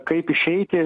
kaip išeiti